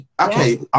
okay